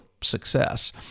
success